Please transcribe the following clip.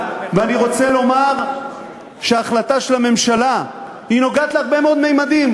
אני רוצה לומר שההחלטה של הממשלה נוגעת להרבה מאוד ממדים.